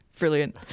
brilliant